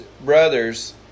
brothers